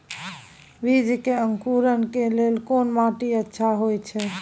बीज के अंकुरण के लेल कोन माटी अच्छा होय छै?